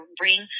bring